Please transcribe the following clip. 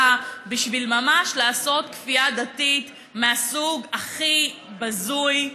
בשביל ממש לעשות כפייה דתית מהסוג הכי בזוי,